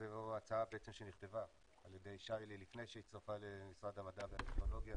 זו הצעה שנכתבה על ידי שי-לי לפני שהיא הצטרפה למשרד המדע והטכנולוגיה,